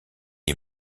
est